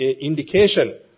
indication